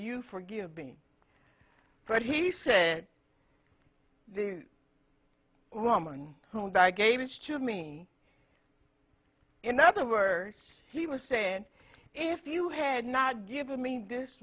you forgive me for he said the woman who died gave it to me in other words he was saying if you had not given mean this